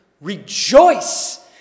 rejoice